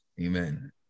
Amen